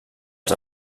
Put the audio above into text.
els